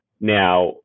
Now